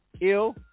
ill